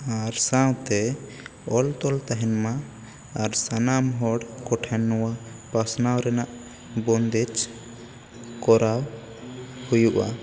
ᱟᱨ ᱥᱟᱶᱛᱮ ᱚᱞᱛᱚᱞ ᱛᱟᱦᱮᱱ ᱢᱟ ᱟᱨ ᱥᱟᱱᱟᱢ ᱦᱚᱲ ᱠᱚᱴᱷᱮᱱ ᱱᱚᱣᱟ ᱯᱟᱥᱱᱟᱣ ᱨᱮᱱᱟᱜ ᱵᱚᱱᱫᱮᱡ ᱠᱚᱨᱟᱣ ᱦᱩᱭᱩᱜᱼᱟ